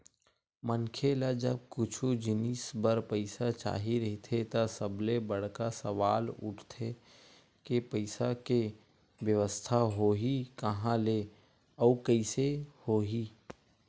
मनखे ल जब कुछु जिनिस बर पइसा चाही रहिथे त सबले बड़का सवाल उठथे के पइसा के बेवस्था होही काँहा ले अउ कइसे होही